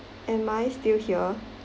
am I still here